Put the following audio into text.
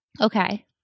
Okay